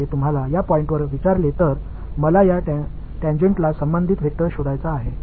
இப்போது நான் இங்கே இந்த இடத்தில் டான்ஜென்ட் தொடர்புடைய வெக்டரை கண்டுபிடிக்க விரும்புகிறேன்